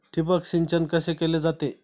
ठिबक सिंचन कसे केले जाते?